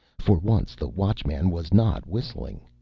for once, the watchman was not whistling.